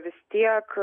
vis tiek